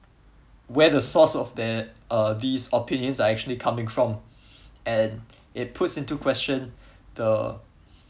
where the source of they're uh these opinions are actually coming from and it puts into question the